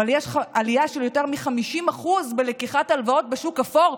אבל יש עלייה של יותר מ-50% בלקיחת הלוואות בשוק האפור.